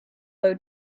low